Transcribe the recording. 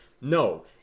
No